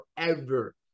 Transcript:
forever